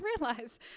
realize